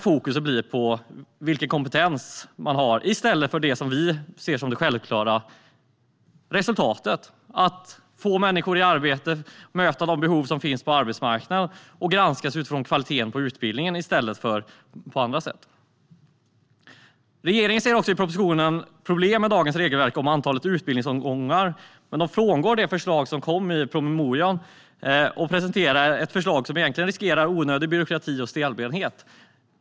Fokus läggs på vilken kompetens man har i stället för det vi ser som det självklara, nämligen resultatet. Det handlar om att få människor i arbete och möta de behov som finns på arbetsmarknaden. Man ska granskas utifrån kvaliteten på utbildningen och inte utifrån annat. I propositionen ser regeringen problem med dagens regelverk om antal utbildningsomgångar, men den frångår det förslag som kom i promemorian och presenterar i stället ett förslag som riskerar att skapa onödig byråkrati och stelbenthet.